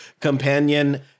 Companion